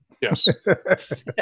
Yes